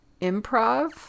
improv